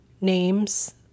names